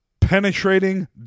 penetrating